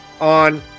on